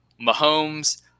Mahomes